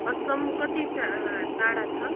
असम कति टाढा टाढा छ